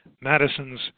Madison's